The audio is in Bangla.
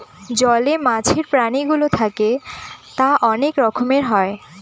জলে মাছের প্রাণীগুলো থাকে তা অনেক রকমের হয়